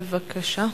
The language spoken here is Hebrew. בבקשה.